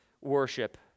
worship